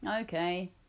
Okay